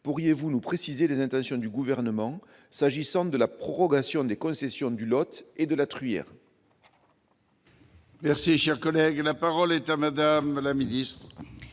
pourriez-vous nous préciser les intentions du Gouvernement s'agissant de la prorogation des concessions du Lot et de la Truyère ?